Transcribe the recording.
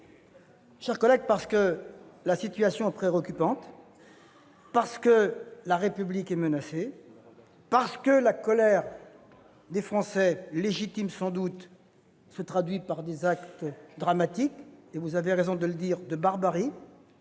aujourd'hui parce que la situation est préoccupante, parce que la République est menacée, parce que la colère des Français- légitime sans doute -se traduit par des actes dramatiques et- vous l'avez indiqué à juste titre,